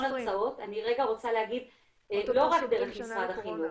--- לא רק דרך משרד החינוך.